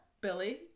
Billy